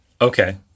Okay